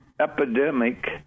epidemic